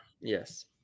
yes